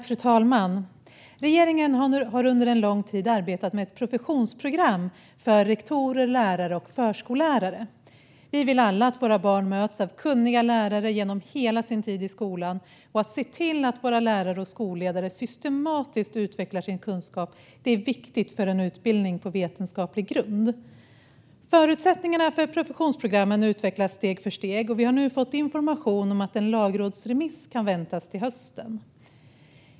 Fru talman! Regeringen har under en lång tid arbetat med ett professionsprogram för rektorer, lärare och förskollärare. Vi vill alla att våra barn möts av kunniga lärare genom hela sin tid i skolan. Att se till att våra lärare och skolledare systematiskt utvecklar sin kunskap är viktigt för en utbildning på vetenskaplig grund. Förutsättningarna för professionsprogrammen utvecklas steg för steg, och vi har nu fått information om att en lagrådsremiss kan väntas till hösten.